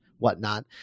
whatnot